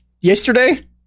Yesterday